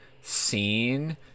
scene